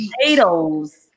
potatoes